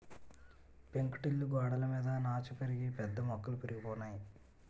పెంకుటిల్లు గోడలమీద నాచు పెరిగి పెద్ద మొక్కలు పెరిగిపోనాయి